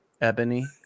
ebony